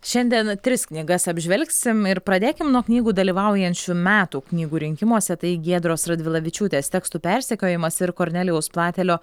šiandien tris knygas apžvelgsim ir pradėkim nuo knygų dalyvaujančių metų knygų rinkimuose tai giedros radvilavičiūtės tekstų persekiojimas ir kornelijaus platelio